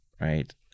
right